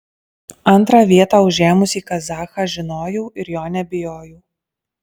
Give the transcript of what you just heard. antrą vietą užėmusį kazachą žinojau ir jo nebijojau